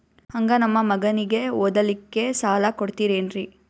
ಹಂಗ ನಮ್ಮ ಮಗನಿಗೆ ಓದಲಿಕ್ಕೆ ಸಾಲ ಕೊಡ್ತಿರೇನ್ರಿ?